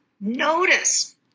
Notice